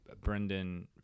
Brendan